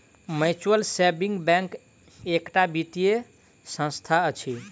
mutual saving bank एकटा वित्तीय संस्था अछि